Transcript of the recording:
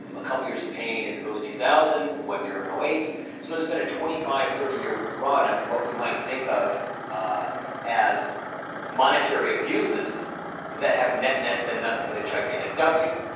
um a couple of years of pain in the early two thousand, one year in um eight. so there's been a twenty five, thirty year run of what we might think of as monetary abuses that have, net-net, been nothing but a gigantic w.